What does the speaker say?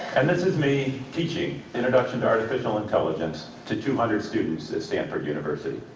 and this is me teaching introduction to artificial intelligence to two hundred students at stanford university.